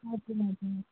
हजुर हजुर